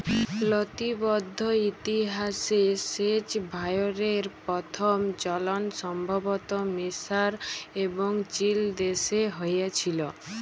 লতিবদ্ধ ইতিহাসে সেঁচ ভাঁয়রের পথম চলল সম্ভবত মিসর এবং চিলদেশে হঁয়েছিল